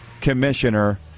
commissioner